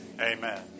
amen